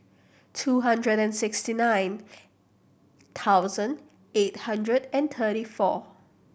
two hundred and sixty nine thousand eight hundred and thirty four